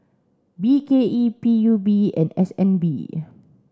B K E P U B and S N B